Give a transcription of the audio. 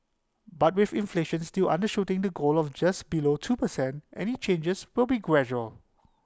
but with inflation still undershooting the goal of just below two percent any changes will be gradual